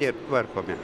tiep tvarkome